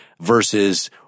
versus